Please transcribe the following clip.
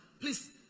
please